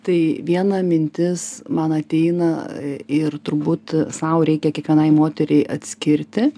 tai viena mintis man ateina ir turbūt sau reikia kiekvienai moteriai atskirti